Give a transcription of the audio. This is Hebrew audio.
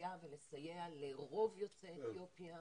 אוכלוסייה ולסייע לרוב יוצאי אתיופיה